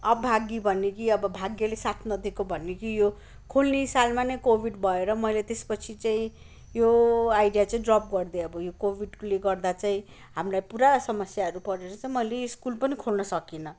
अभागी भन्नु कि अब भाग्यले साथ नदिएको भन्नु कि यो खोल्ने सालमा नै कोभिड भएर मैले त्यसपछि चाहिँ यो आइडिया चाहिँ ड्रप गरिदिए अब यो कोभिडले गर्दा चाहिँ हामीलाई पुरा समस्याहरू परेर चाहिँ मैले स्कुल पनि खोल्न सकिनँ